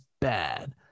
bad